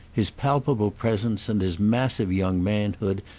his palpable presence and his massive young manhood,